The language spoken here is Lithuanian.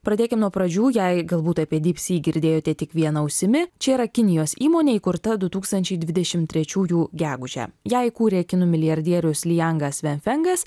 pradėkim nuo pradžių jei galbūt apie dypsyk girdėjote tik viena ausimi čia yra kinijos įmonė įkurta du tūkstančiai dvidešimt trečiųjų gegužę ją įkūrė kinų milijardierius lijiangas ve fengas